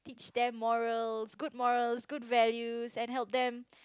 their morals good morals good values and help them